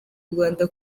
rwanda